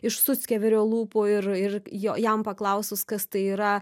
iš suckeverio lūpų ir ir jo jam paklausus kas tai yra